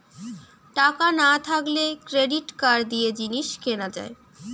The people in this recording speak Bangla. টাকা না থাকলে ক্রেডিট কার্ড দিয়ে জিনিস কিনা যায়